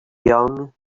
young